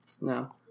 No